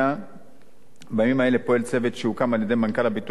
בימים האלה פועל צוות שהוקם על-ידי מנכ"ל הביטוח הלאומי,